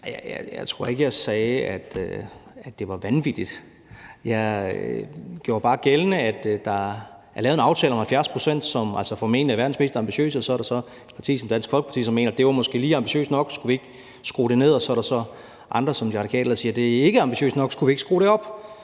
det var vanvittigt. Jeg gjorde bare gældende, at der er lavet en aftale om et 70-procentsmål, som formentlig er verdens mest ambitiøse mål, og så er der så et parti som Dansk Folkeparti, som mener, at det måske var lige ambitiøst nok, og at vi skulle skrue lidt ned for det. Og så er der så andre som De Radikale, der siger: Det er ikke ambitiøst nok; skulle vi ikke skrue op